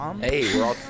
Hey